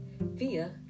via